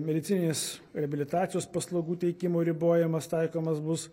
medicininės reabilitacijos paslaugų teikimo ribojimas taikomas bus